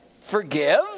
forgive